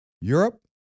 Europe